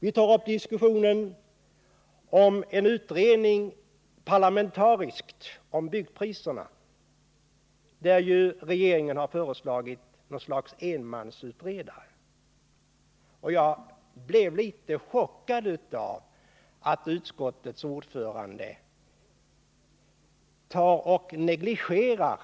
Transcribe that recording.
Vi tar också upp frågan om en parlamentarisk utredning av byggpriserna. Här har regeringen föreslagit något slags enmansutredare. Att utskottets ordförande negligerar